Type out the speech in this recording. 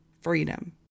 freedom